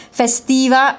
festiva